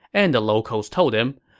and the locals told him,